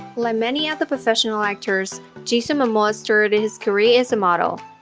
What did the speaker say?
like many other professional actors, jason momoa started his career as a model.